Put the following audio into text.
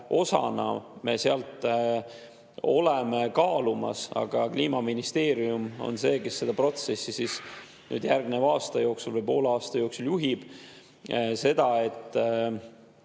osana seal oleme kaalumas – aga Kliimaministeerium on see, kes seda protsessi nüüd järgneva aasta jooksul või poole aasta jooksul juhib – seda, et